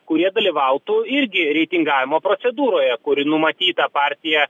kurie dalyvautų irgi reitingavimo procedūroje kuri numatyta partija